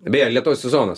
beje lietaus sezonas